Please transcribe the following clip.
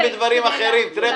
הטבלה.